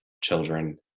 children